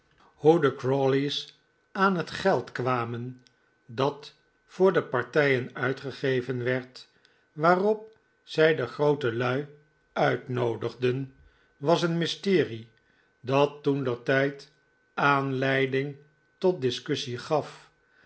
de crawley's aan het geld kwamen dat voor de partijen uitgegeven werd waarop zij de grootelui uitnoodigden was een mysterie dat toentertijd aanleiding tot discussie gaf